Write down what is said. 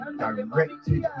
directed